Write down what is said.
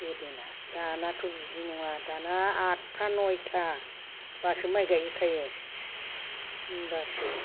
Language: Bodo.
गोदोना दानाथ' बिदि नङा दाना आदथा नयथाबासो माइ गायहैखायो होनबासो